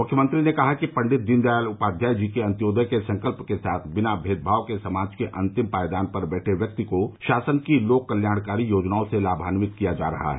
मुख्यमंत्री ने कहा कि पंडित दीन दयाल उपाध्याय जी के अन्योदय के संकल्प के साथ बिना मेदभाव के समाज के अंतिम पायदान पर बैठे व्यक्ति को शासन की लोक कल्याणकारी योजनाओं से लाभान्वित किया जा रहा है